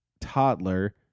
toddler